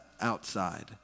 outside